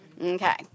Okay